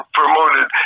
promoted